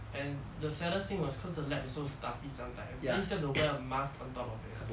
and the saddest thing was cause the lab is so stuffy sometimes then still have to wear a mask on top of it